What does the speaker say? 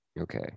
Okay